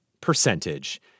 percentage